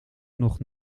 nog